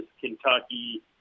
Kentucky